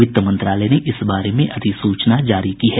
वित्त मंत्रालय ने इस बारे में अधिसूचना जारी की है